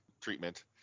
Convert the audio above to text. treatment